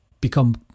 become